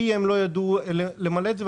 כי הם לא ידעו למלא את זה,